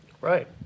Right